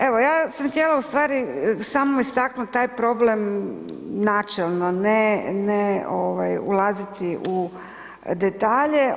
Evo, ja sam htjela u stvari samo istaknut taj problem načelno ne, ne ovaj ulaziti u detalje.